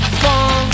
fun